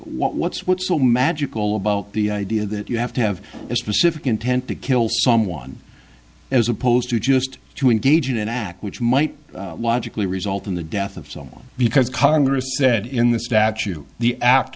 what's what's so magical about the idea that you have to have a specific intent to kill someone as opposed to just to engage in an act which might logically result in the death of someone because congress said in the statue the a